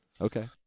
Okay